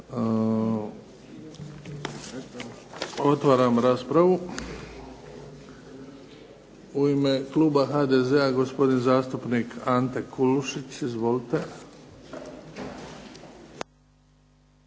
Otvaram raspravu. U ime kluba HDZ-a gospodin zastupnik Ante Kulušić. Izvolite.